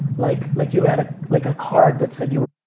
like like you had a like ah card that said you were,